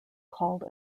called